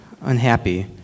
unhappy